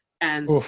and-